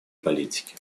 политике